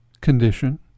condition